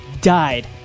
died